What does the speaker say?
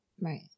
Right